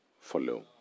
follow